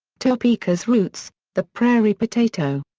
topeka's roots the prairie potato.